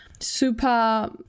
Super